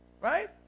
right